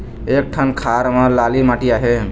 एक ठन खार म लाली माटी आहे?